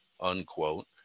unquote